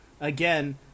again